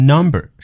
Number